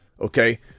okay